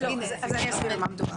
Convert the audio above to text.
אז אני אסביר על מה מדובר.